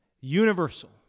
Universal